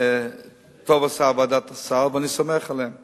טוב עשתה ועדת הסל, ואני סומך עליהם